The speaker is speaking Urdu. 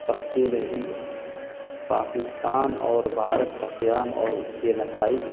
تقسیم ہند پاکستان اور بھارت کا قیام اور اس کے نتائج